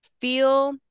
feel